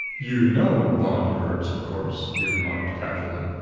you know von der herts, of course? he remarked casually.